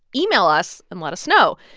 email us and let us know.